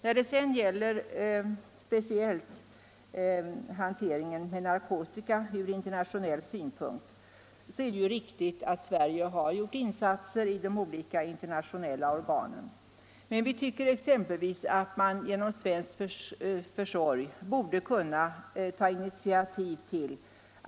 När det sedan speciellt gäller hanteringen av narkotika ur internationell synpunkt är det ju riktigt att Sverige har gjort insatser i de internationella organen. Men vi tycker exempelvis att man genom svensk försorg borde kunna ta initiativ til!